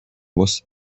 was